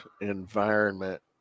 environment